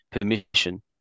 permission